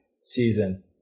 season